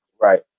Right